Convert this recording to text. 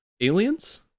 Aliens